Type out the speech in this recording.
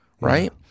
Right